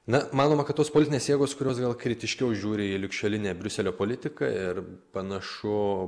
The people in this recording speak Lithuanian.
na manoma kad tos politinės jėgos kurios gal kritiškiau žiūri į ligšiolinę briuselio politiką ir panašu